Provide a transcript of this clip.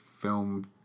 film